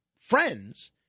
friends